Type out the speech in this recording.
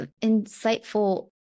insightful